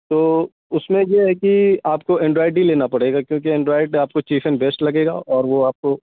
تو اس میں یہ ہے کہ آپ کو اینڈرائڈ ہی لینا پڑے گا کیوںکہ اینڈرائڈ آپ کو چیف اینڈ بیسٹ لگے گا اور وہ آپ کو